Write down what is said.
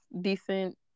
decent